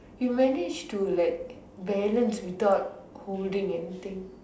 you managed to like balance without holding anything